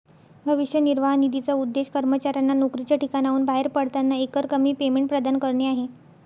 भविष्य निर्वाह निधीचा उद्देश कर्मचाऱ्यांना नोकरीच्या ठिकाणाहून बाहेर पडताना एकरकमी पेमेंट प्रदान करणे आहे